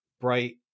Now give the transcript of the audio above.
bright